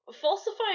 Falsifying